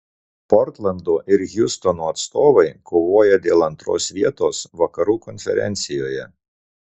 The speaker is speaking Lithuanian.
portlando ir hjustono atstovai kovoja dėl antros vietos vakarų konferencijoje